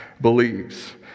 believes